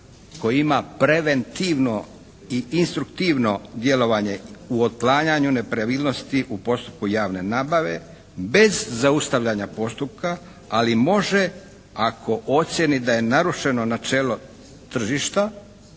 koji ima preventivno i instruktivno djelovanje u otklanjanju nepravilnosti u postupku javne nabave bez zaustavljanja postupka ali može ako ocijeni da je narušeno načelo tržišta,